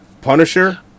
punisher